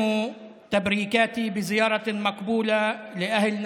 כמו כן אברך בברכת זיארה מקבולה את הציבור שלנו